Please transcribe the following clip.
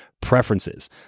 preferences